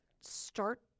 start